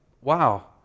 Wow